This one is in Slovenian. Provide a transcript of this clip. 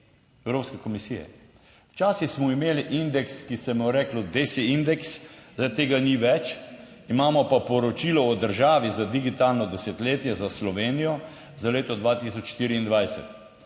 Evropske komisije. Včasih smo imeli indeks, ki se mu je reklo desindeks zdaj tega ni več, imamo pa poročilo o državi za digitalno desetletje za Slovenijo za leto 2024.